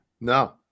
No